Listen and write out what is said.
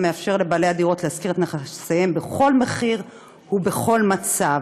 המאפשר לבעלי הדירות להשכיר את נכסיהם בכל מחיר ובכל מצב,